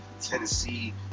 Tennessee